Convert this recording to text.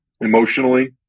emotionally